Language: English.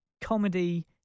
comedy